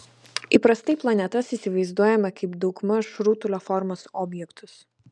įprastai planetas įsivaizduojame kaip daugmaž rutulio formos objektus